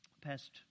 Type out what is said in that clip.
past